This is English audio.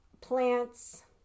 plants